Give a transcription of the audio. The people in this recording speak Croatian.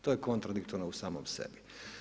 To je kontradiktorno u samom sebi.